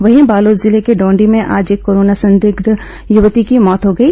वहीं बालोद जिले के डौंडी में आज एक कोरोना संदिग्घ युवती की मौत हो गई